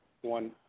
one